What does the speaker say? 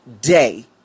day